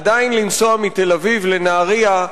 עדיין לנסוע מתל-אביב לנהרייה,